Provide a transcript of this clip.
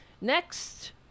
Next